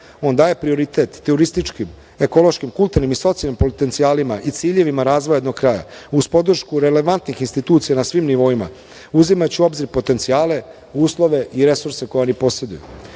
već daje prioritet turističkim, ekološkim, kulturnim i socijalnim potencijalima i ciljevima razvoja jednog kraja uz podršku relevantnih institucija na svim nivoima, uzimaće u obzir potencijale, uslove i resurse koje oni poseduju.